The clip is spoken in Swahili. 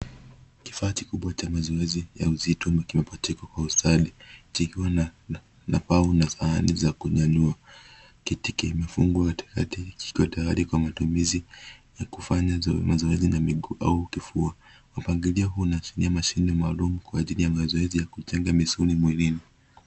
Kifaa kikubwa cha mazoezi ya uzito kimepachikwa kwa ustadi, kikiwa na pau na sahani za kunyanyua. Kiti kimefungwa katikati kikiwa tayari kwa matumizi ya kufanya mazoezi na miguu au kifua. Mpangilio huu unaashiria mashine maalum kwa ajili ya mazoezi ya kujenga misuli mwilini.